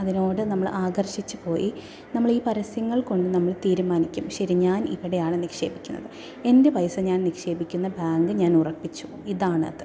അതിനോട് നമ്മൾ ആകർഷിച്ചു പോയി നമ്മൾ ഈ പരസ്യങ്ങൾകൊണ്ട് നമ്മൾ തീരുമാനിക്കും ശരി ഞാൻ ഇവിടെയാണ് നിക്ഷേപിക്കുന്നത് എൻ്റെ പൈസ ഞാൻ നിക്ഷേപിക്കുന്ന ബാങ്ക് ഞാൻ ഉറപ്പിച്ചു ഇതാണത്